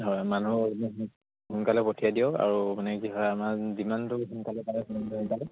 হয় মানুহ সোনকালে পঠিয়াই দিয়ক আৰু মানে কি হয় আমাৰ যিমানটো সোনকালে পাৰে সিমানটো